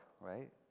right